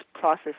process